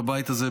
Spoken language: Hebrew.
בבית הזה,